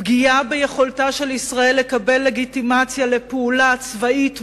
פגיעה ביכולתה של ישראל לקבל לגיטימציה לפעולה צבאית מוצדקת,